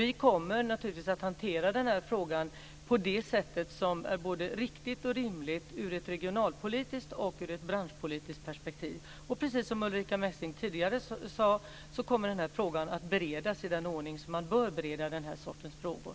Vi kommer naturligtvis att hantera denna fråga på det sätt som är både riktigt och rimligt ur ett regionalpolitiskt och ur ett branschpolitiskt perspektiv. Precis som Ulrica Messing tidigare sade kommer denna fråga att beredas i den ordning som man bör bereda denna sorts frågor.